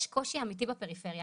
יש קושי אמיתי בפריפריה,